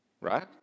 right